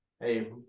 Hey